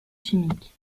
chimiques